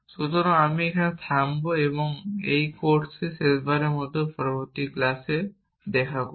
সুতরাং আমি এখানে থামব এবং এই কোর্সে শেষবারের মতো পরবর্তী ক্লাসে দেখা করব